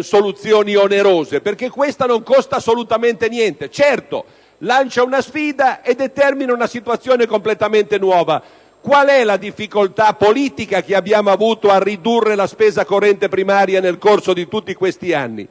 soluzioni onerose, perché questa non costa assolutamente niente: certo, lancia una sfida e determina una situazione completamente nuova. Qual è la difficoltà politica che abbiamo avuto a ridurre la spesa corrente primaria nel corso di tutti questi anni?